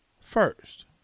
first